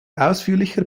ausführlicher